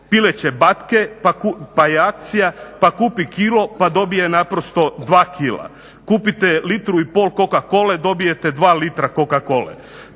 pileće batke pa je akcija pa kupi kilo pa dobije naprosto dva kila. Kupite litru i pol coca-cole dobijete dva litra coca-cole.